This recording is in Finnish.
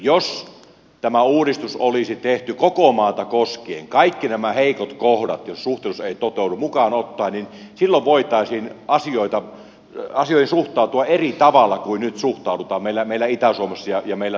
jos tämä uudistus olisi tehty koko maata koskien kaikki nämä heikot kohdat jos suhteellisuus ei toteudu mukaan ottaen silloin voitaisiin asioihin suhtautua eri tavalla kuin nyt suhtaudutaan meillä itä suomessa ja meillä savossa